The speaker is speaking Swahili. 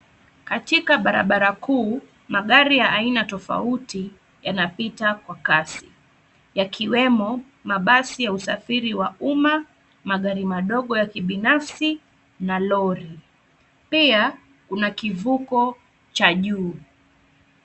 Katika barabara kuu magari ya aina tofauti yanapita kwa kasi, yakiwemo mabasi ya usafiri wa umma, magari madogo ya kibinafsi na lori. Pia kuna kivuko cha juu.